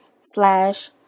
slash